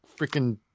freaking